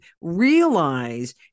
realize